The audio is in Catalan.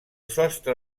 sostre